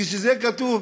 כשזה כתוב,